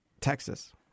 Texas